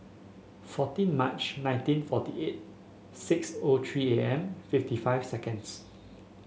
fourteen March nineteen forty eight six O three A M fifty five seconds